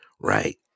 right